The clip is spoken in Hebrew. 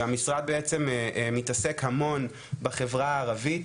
שהמשרד בעצם מתעסק המון בחברה הערבית,